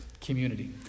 community